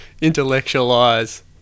intellectualize